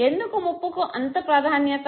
ఎందుకు ముప్పుకు అంత ప్రాధాన్యత